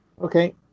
okay